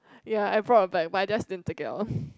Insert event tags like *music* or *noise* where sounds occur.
ya I brought a bag but I just didn't take it out *breath*